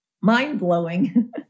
mind-blowing